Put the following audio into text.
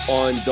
on